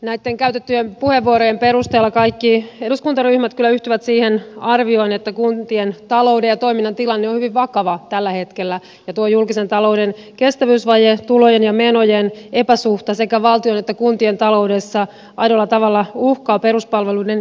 näitten käytettyjen puheenvuorojen perusteella kaikki eduskuntaryhmät kyllä yhtyvät siihen arvioon että kuntien talouden ja toiminnan tilanne on hyvin vakava tällä hetkellä ja tuo julkisen talouden kestävyysvaje tulojen ja menojen epäsuhta sekä valtion että kuntien taloudessa aidolla tavalla uhkaa peruspalveluiden järjestämistä